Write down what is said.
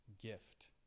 gift